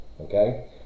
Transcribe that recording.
okay